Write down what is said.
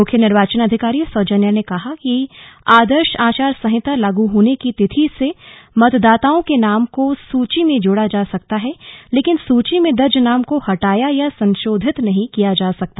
मुख्य निर्वाचन अधिकारी सौजन्या ने कहा कि आदर्श आचार संहिता लागू होने की तिथि से मतदाताओं के नाम को सूची में जोड़ा जा सकता है लेकिन सूची में दर्ज नाम को हटाया या संशोधित नहीं किया जा सकता